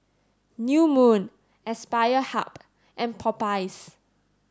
new Moon Aspire Hub and Popeyes